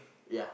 ya